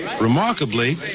Remarkably